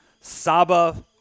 Saba